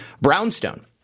brownstone